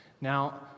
Now